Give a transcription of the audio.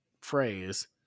phrase